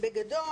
בגדול,